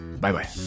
Bye-bye